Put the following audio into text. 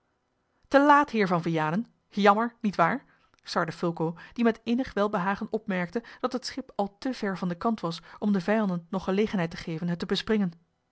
te laat heer van vianen jammer niet waar sarde fulco die met innig welbehagen opmerkte dat het schip al te ver van den kant was om den vijanden nog gelegenheid te geven het te bespringen